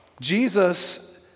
Jesus